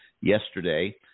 yesterday